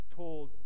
told